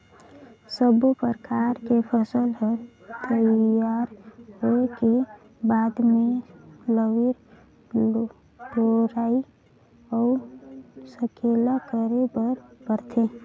सब्बो परकर के फसल हर तइयार होए के बाद मे लवई टोराई अउ सकेला करे बर परथे